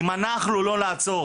אם אנחנו לא נעצור